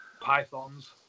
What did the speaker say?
Pythons